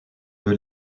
eux